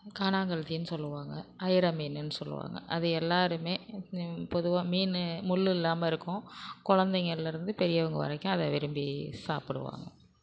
கானாங்கெளுத்தினு சொல்லுவாங்க அய்ரமீனுன்னு சொல்லுவாங்க அது எல்லாருமே பொதுவாக மீன் முள் இல்லாமல் இருக்கும் குழந்தைங்கள்லருந்து பெரியவங்க வரைக்கும் அதை விரும்பி சாப்பிடுவாங்க